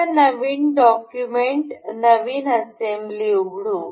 आता नवीन डॉक्युमेंट नवीन असेंब्ली उघडू